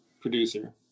producer